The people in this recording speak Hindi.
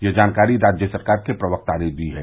यह जानकारी राज्य सरकार के प्रवक्ता ने दी है